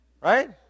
Right